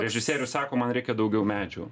režisierius sako man reikia daugiau medžių